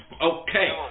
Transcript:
Okay